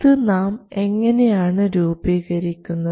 ഇത് നാം എങ്ങനെയാണ് രൂപീകരിക്കുന്നത്